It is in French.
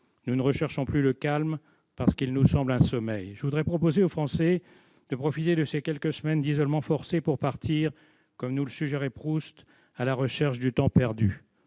Nous ne recherchons plus le calme, parce qu'il nous semble un sommeil ... Je voudrais proposer aux Français de profiter de ces quelques semaines d'isolement forcé pour partir, comme nous le suggérait Proust, à la recherche du temps perdu.